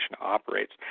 operates